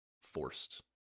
forced